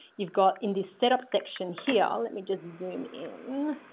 you've got in this setup section here. let me just zoom in.